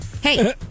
Hey